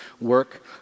work